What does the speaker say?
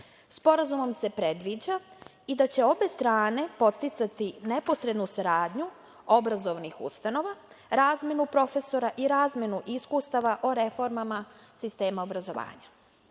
konkursa. Sporazumom se predviđa i da će obe strane podsticati neposrednu saradnju obrazovnih ustanova, razmenu profesora i razmenu iskustava o reformama sistema obrazovanja. Srbija